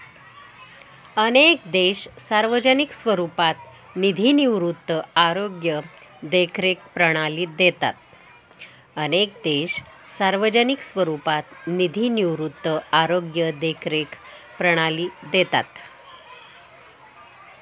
अनेक देश सार्वजनिक स्वरूपात निधी निवृत्ती, आरोग्य देखरेख प्रणाली देतात